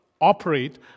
operate